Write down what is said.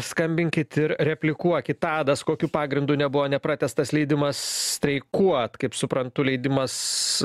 skambinkit ir replikuokite tadas kokiu pagrindu nebuvo nepratęstas leidimas streikuot kaip suprantu leidimas